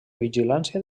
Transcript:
vigilància